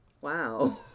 Wow